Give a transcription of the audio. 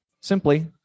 simply